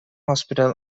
hospital